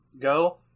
go